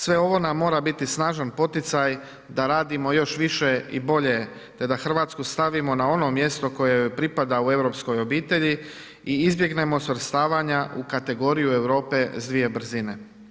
Sve ovo nam mora biti snažan poticaj da radimo još više i bolje te da Hrvatsku stavimo na ono mjesto koje joj pripada u europskoj obitelji i izbjegnemo svrstavanja u kategoriju Europe s dvije brzine.